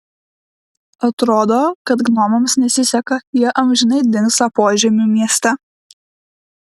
atrodo kad gnomams nesiseka jie amžinai dingsta požemių mieste